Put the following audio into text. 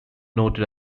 noted